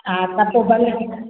हा सभु भले